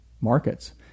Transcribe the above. markets